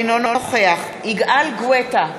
אינו נוכח יגאל גואטה,